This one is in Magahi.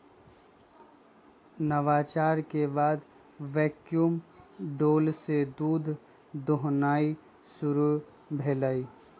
नवाचार के बाद वैक्यूम डोल से दूध दुहनाई शुरु भेलइ